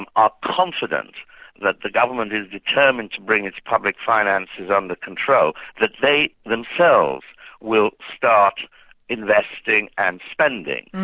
and are confident that the government is determined to bring its public finances under control, that they themselves will start investing and spending.